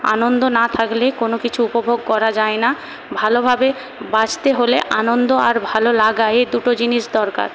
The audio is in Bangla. আনন্দ না থাকলে কোনো কিছু উপভোগ করা যায় না ভালোভাবে বাঁচতে হলে আনন্দ আর ভালোলাগা এ দুটি জিনিস দরকার